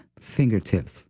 Fingertips